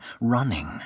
running